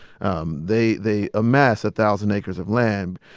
um they they amass a thousand acres of land.